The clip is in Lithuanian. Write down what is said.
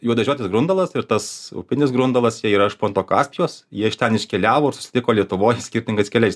juodažiotis grundalas ir tas upinis grundalas jie yra iš ponto kaspijos jie iš ten iškeliavo ir susitiko lietuvoj skirtingais keliais